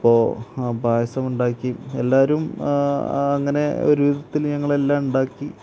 അപ്പോള് ആ പായസം ഉണ്ടാക്കി എല്ലാവരും അങ്ങനെ ഒരുവിധത്തില് ഞങ്ങളെല്ലാം ഉണ്ടാക്കി